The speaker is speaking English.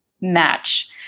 match